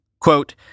Quote